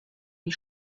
die